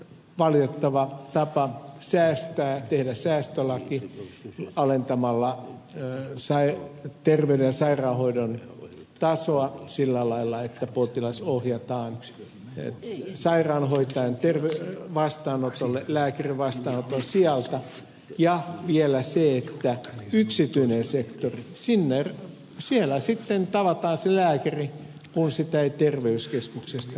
valitettava tapa säästää tehdä säästölaki alentamalla terveyden ja sairaanhoidon tasoa sillä lailla että potilas ohjataan sairaanhoitajan vastaanotolle lääkärin vastaanoton sijasta ja vielä se että yksityisellä sektorilla sitten tavataan se lääkäri kun sitä ei terveyskeskuksesta tavattu